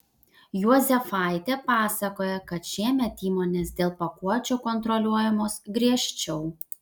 juozefaitė pasakoja kad šiemet įmonės dėl pakuočių kontroliuojamos griežčiau